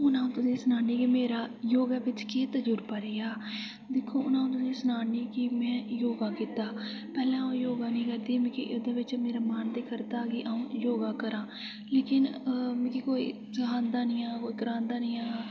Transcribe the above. हून अ'ऊं तुसें सनानी की मेरा योगा बिच केह् तजुर्बा रेहा दिक्खो हून अ'ऊं तुसें ई सनानी की में योगा कीता पैह्लें अ'ऊं योगा नेईं करदी एह्दे बिच मेरा मन ते करदा हा की अ'ऊं योगा करांऽ लेकिन मिगी कोई सखांदा निं हा कोई करांदा निं हा